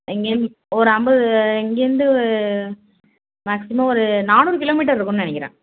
அங்கேயிருந்து ஒரு ஐம்பது இங்கேயிருந்து ஒரு மேக்ஸிமம் ஒரு நானூறு கிலோமீட்டர் இருக்கும்னு நினைக்கிறேன்